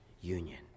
union